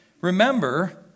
remember